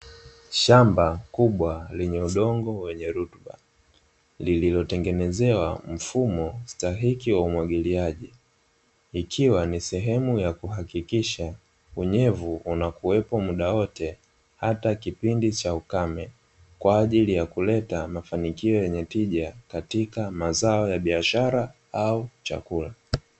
Shamba kubwa lenye udongo wenye rutuba lililotengenezewa mfumo stahiki wa umwagiliaji, ikiwa ni sehemu ya kuhakikisha unyevu unakuwepo muda wote hata kipindi cha ukame, kwa ajili ya kuleta mafanikio yenye tija katika mazao ya biashara au chakula.